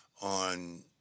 on